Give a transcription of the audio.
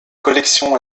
collection